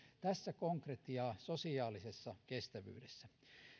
tässä konkretiaa sosiaalisessa kestävyydessä